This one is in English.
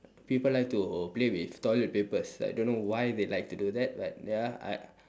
people like to play with toilet papers I don't know why they like to do that but ya I